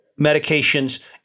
medications